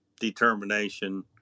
determination